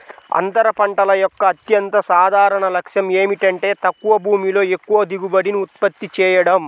అంతర పంటల యొక్క అత్యంత సాధారణ లక్ష్యం ఏమిటంటే తక్కువ భూమిలో ఎక్కువ దిగుబడిని ఉత్పత్తి చేయడం